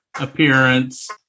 appearance